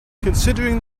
considering